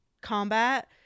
Combat